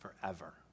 forever